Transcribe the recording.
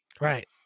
Right